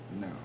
No